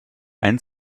einen